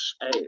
hey